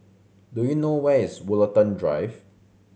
do you know where is Woollerton Drive